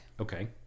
Okay